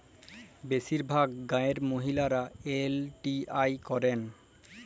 বেশিরভাগ গাঁয়ের মহিলারা এল.টি.আই করেন